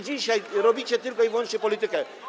Dzisiaj robicie tylko i wyłącznie politykę.